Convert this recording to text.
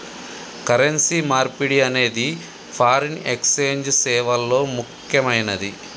currency మార్పిడి అనేది foreign exchange సేవల్లో ముక్కెమైనది